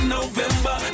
November